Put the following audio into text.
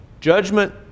Judgment